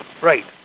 Right